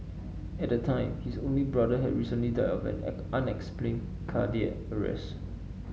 at the time his only brother had recently died of an unexplained cardiac arrest